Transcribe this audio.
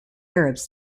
arabs